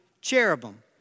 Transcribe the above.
cherubim